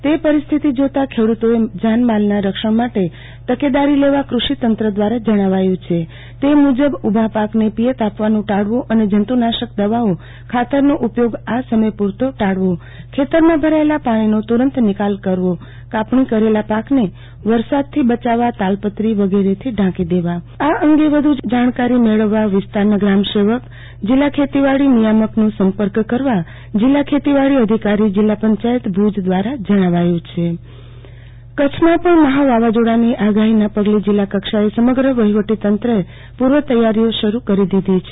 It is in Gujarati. તે પરિસ્થિત જોતાં ખેડુતોએ જાનમાલના રક્ષણ માટે તકેદારી લેવા કૃષિતંત્ર દ્રારા જણાવાયુ છે તે મુજબ ઉભાપાકને પીયત આપવાનું ટાળવુ અને જં તુ નાશક દથ્યો ખાતરનો ઉયયોગ આ સમય પુ રતો ટાળવો ખેતરમાં ભરાયેલા પાણીનો તુ રંત નિકાલ કરવોકાપણી કરેલા પાકને વરસાદથી બયાવવા તાલપત્રી વગેરેથી ઢાંકી દેવા આ અંગે વધુ જાણકારી મેળવવા વિસ્તારના ગ્રામસેવક કે જિલ્લા ખેતીવાડી નિયામક જિલ્લાપંચાયત ભુજ દ્રારા જણાવાયુ છે આરતીબેન ભદ્દ વાવાઝોડુ જિલ્લાકક્ષાએ તૈયારી મહા વાવાઝોડાની આગાફીને પગલે જિલ્લાકક્ષાએ સમગ્ર વહીવટીતંત્રે પૂ ર્વ તૈયારીઓ શરૂ કરી દીધી છે